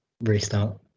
restart